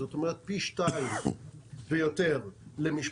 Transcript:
זאת אומרת פי 2 ויותר למשפחה,